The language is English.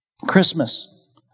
Christmas